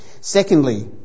Secondly